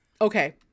Okay